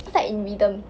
it's like in rhythm